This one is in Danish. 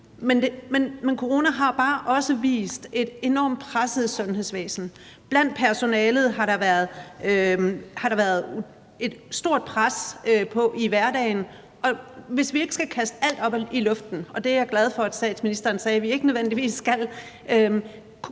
Men coronaen har bare også vist, at vi har et enormt presset sundhedsvæsen. Blandt personalet har man oplevet et stort pres i hverdagen, og hvis vi ikke skal kaste alt op i luften – og det er jeg glad for at statsministeren sagde at vi ikke nødvendigvis skal